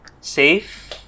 Safe